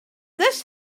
this